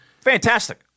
Fantastic